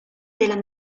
della